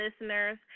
listeners